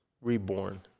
Reborn